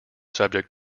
subject